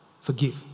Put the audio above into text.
forgive